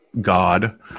God